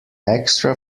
extra